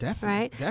right